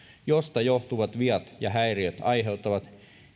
josta johtuvat viat ja häiriöt aiheuttavat